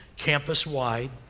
campus-wide